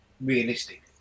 realistic